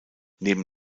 neben